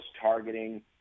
targeting